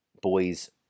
Boys